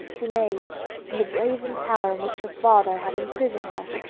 danae, in the brazen tower in which her father had imprisoned her,